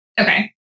Okay